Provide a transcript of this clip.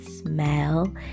smell